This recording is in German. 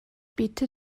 bitte